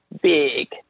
big